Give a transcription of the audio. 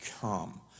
come